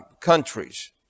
countries